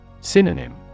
Synonym